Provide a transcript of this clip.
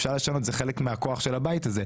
אפשר לשנות וזה חלק מהכוח של הבית הזה,